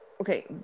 Okay